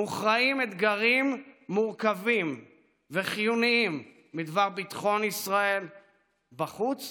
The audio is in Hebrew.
מוכרעים אתגרים מורכבים וחיוניים בדבר ביטחון ישראל בחוץ